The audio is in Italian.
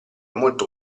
molto